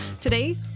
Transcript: Today